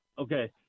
Okay